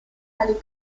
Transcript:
paddy